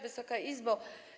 Wysoka Izbo!